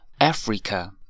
Africa